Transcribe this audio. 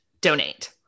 donate